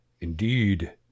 indeed